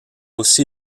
aussi